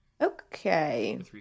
Okay